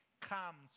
comes